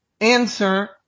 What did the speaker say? answer